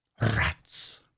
Rats